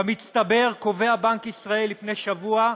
במצטבר, קבע בנק ישראל לפני שבוע,